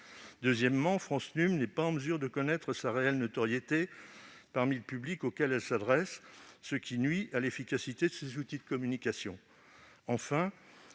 Deuxièmement, France Num n'est pas en mesure de connaître sa réelle notoriété au sein du public auquel elle s'adresse, ce qui nuit à l'efficacité de ses outils de communication.